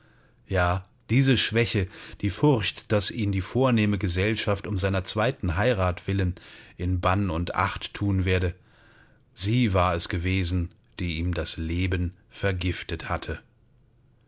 ja diese schwäche die furcht daß ihndie vornehme gesellschaft um seiner zweiten heirat willen in bann und acht thun werde sie war es gewesen die ihm das leben vergiftet hatte